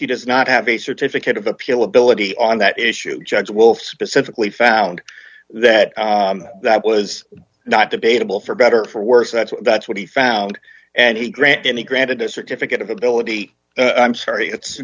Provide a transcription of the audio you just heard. she does not have a certificate of appeal ability on that issue judge wolf specifically found that that was not debatable for better or for worse that's that's what he found and he granted he granted a certificate of ability i'm sorry it's